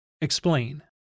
Explain